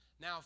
Now